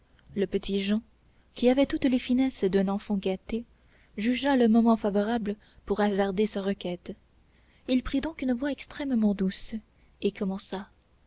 le petit jehan qui avait toutes les finesses d'un enfant gâté jugea le moment favorable pour hasarder sa requête il prit donc une voix extrêmement douce et commença